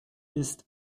ist